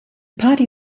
party